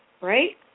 right